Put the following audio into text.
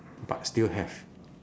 but still have